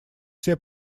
все